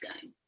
game